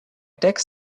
tax